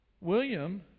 William